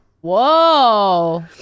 Whoa